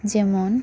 ᱡᱮᱢᱚᱱ